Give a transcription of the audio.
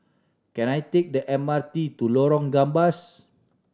can I take the M R T to Lorong Gambas